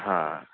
हां